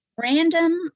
random